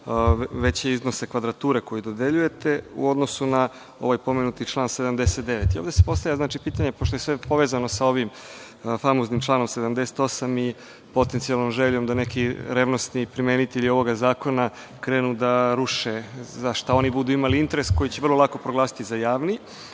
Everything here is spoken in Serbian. veće iznose kvadrature koje dodeljujete u odnosu na pomenuti član 79.Postavlja se pitanje, pošto je povezano sa članom 78. i potencijalnom željom da neki revnosni primenitelji ovog zakona krenu da ruše za šta oni budu imali interes koji će vrlo lako proglasiti za javni,